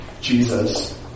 Jesus